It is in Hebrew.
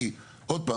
שוב,